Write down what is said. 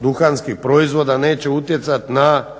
duhanskih proizvoda neće utjecat na